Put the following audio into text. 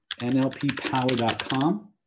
nlppower.com